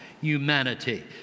humanity